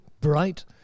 bright